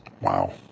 Wow